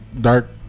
Dark